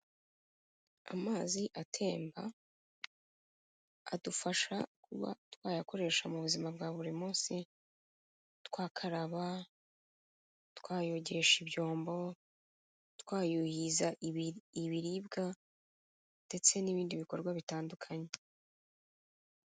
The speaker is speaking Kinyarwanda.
Amazi atemba, adufasha kuba twayakoresha mu buzima bwa buri munsi. Twakaraba, twayogesha ibyombo twayuhiza ibiribwa, ndetse n'ibindi bikorwa bitandukanye.